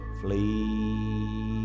flee